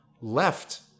left